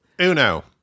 Uno